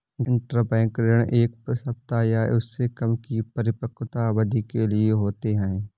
interbank ऋण एक सप्ताह या उससे कम की परिपक्वता अवधि के लिए होते हैं